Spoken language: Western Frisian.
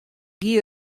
gie